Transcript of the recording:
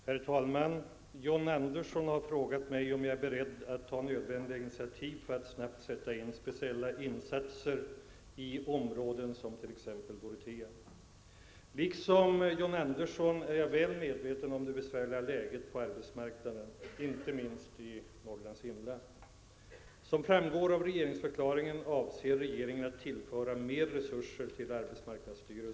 Herr talman! John Andersson har frågat mig om jag är beredd att ta nödvändiga initiativ för att snabbt göra speciella insatser i områden som t.ex. Liksom John Andersson är jag väl medveten om det besvärliga läget på arbetsmarknaden, inte minst i Norrlands inland. Som framgår av regeringsförklaringen avser regeringen att tillföra arbetsmarknadsstyrelsen mer resurser.